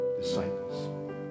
disciples